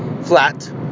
flat